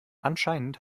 anscheinend